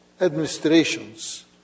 administrations